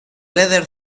letter